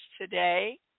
today